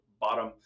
bottom